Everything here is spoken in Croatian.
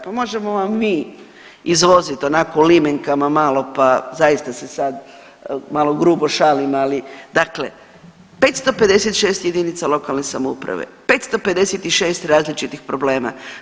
Pa možemo vam mi izvoziti onako u limenkama malo, pa zaista se sad malo grubo šalim, ali dakle 556 jedinica lokalne samouprave, 556 različitih problema.